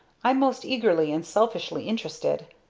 i'm most eagerly and selfishly interested.